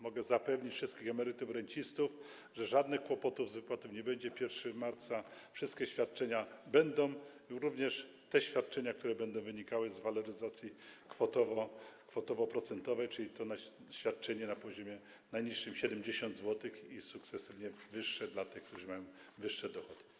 Mogę zapewnić wszystkich emerytów, rencistów, że żadnych kłopotów z wypłatą nie będzie, że 1 marca wszystkie świadczenia będą, również te świadczenia, które będą wynikały z waloryzacji kwotowo-procentowej, czyli świadczenia na najniższym poziomie 70 zł i sukcesywnie wyższe dla tych, którzy mają wyższe dochody.